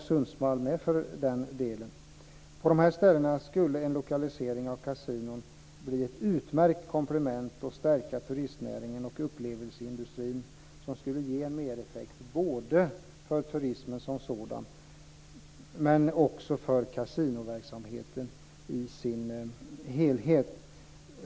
Sundsvall också, för den delen. På de ställena skulle en lokalisering av kasinon bli ett utmärkt komplement och stärka turistnäringen och upplevelseindustrin. Det skulle ge en mereffekt för turismen som sådan men också för kasinoverksamheten i dess helhet.